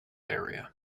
area